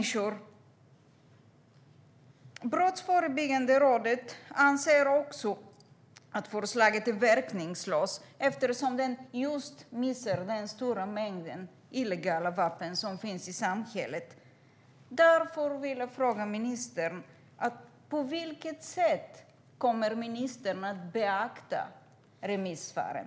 Också Brottsförebyggande rådet anser att förslaget är verkningslöst eftersom det missar den stora mängd illegala vapen som finns i samhället. Jag vill därför fråga ministern: På vilket sätt kommer ministern att beakta remissvaren?